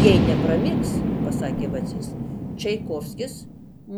jei nepramigs pasakė vacys čaikovskis